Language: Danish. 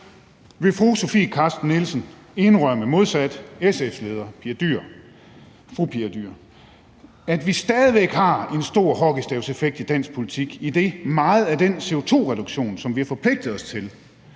Vil fru Sofie Carsten Nielsen modsat SF's leder, fru Pia Olsen Dyhr, indrømme, at vi stadig væk har en del hockeystavsmekanisme i dansk politik, idet meget af den CO2-reduktion, som vi har forpligtet os til,